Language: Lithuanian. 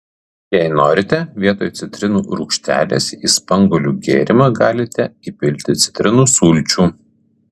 jei norite vietoj citrinų rūgštelės į spanguolių gėrimą galite įpilti citrinų sulčių